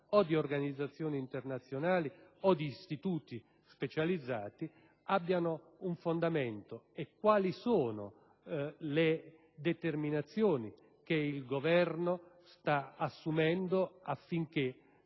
o di organizzazioni internazionali o di istituti specializzati - abbiano un fondamento e quali sono le determinazioni che il Governo sta assumendo affinché